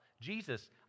Jesus